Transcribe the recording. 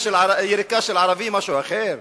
ויריקה של ערבי זה משהו אחר?